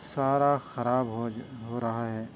سارا خراب ہو جا ہو رہا ہے